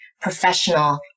professional